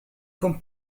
con